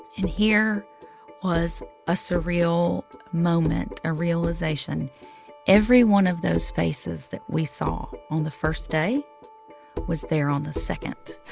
and here was a surreal moment, a realization every one of those faces that we saw on the first day was there on the second.